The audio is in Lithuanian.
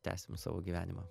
tęsėm savo gyvenimą